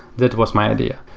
that was my idea.